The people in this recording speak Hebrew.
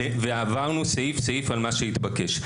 ועברנו סעיף-סעיף על מה שהתבקש,